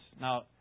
Now